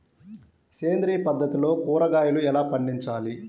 సేంద్రియ పద్ధతిలో కూరగాయలు ఎలా పండించాలి?